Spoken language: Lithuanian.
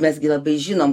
mes gi labai žinom